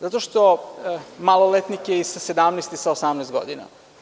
Zato što je maloletnik i sa 17 i sa 18 godina.